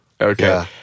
Okay